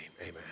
Amen